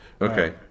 Okay